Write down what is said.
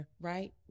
Right